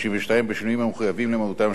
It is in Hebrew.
בשינויים המחויבים למהותם של בתי-הדין.